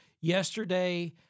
Yesterday